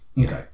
Okay